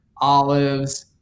olives